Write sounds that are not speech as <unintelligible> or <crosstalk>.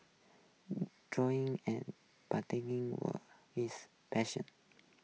<hesitation> drawing and <unintelligible> were his passions